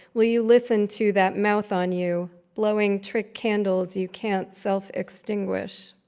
will you listen to that mouth on you, blowing trick candles you can't self extinguish?